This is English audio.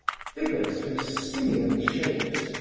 figures whose simian shapes,